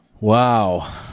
Wow